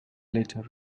later